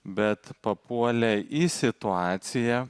bet papuolę į situaciją